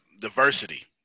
Diversity